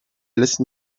listen